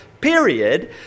period